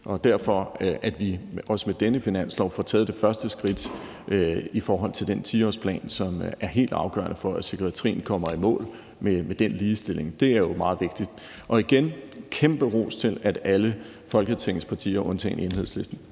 og derfor, at vi også med denne finanslov får taget det første skridt i forhold til den 10-årsplan, som er helt afgørende for, at psykiatrien kommer i mål med den ligestilling. Det er jo meget vigtigt. Igen vil jeg komme med en kæmpe ros af, at alle Folketingets partier undtagen Enhedslisten,